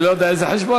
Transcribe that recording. אני לא יודע איזה חשבון,